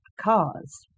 cause